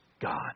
God